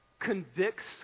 convicts